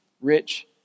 rich